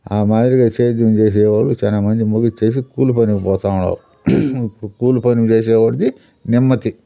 ఆ మాదిరిగా సేద్యం చేసేవాళ్ళు చానామంది ముగించేసి కూలి పనికి పోతూ ఉన్నారు ఇప్పుడు కూలి పని చేసేవాడి నెమ్మది